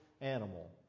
animal